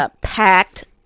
packed